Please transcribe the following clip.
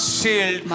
shield